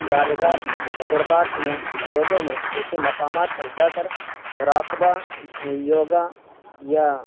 یادگار تجربات میں لوگوں نے ایسے مقامات پر جا کر مراقبہ یوگا یا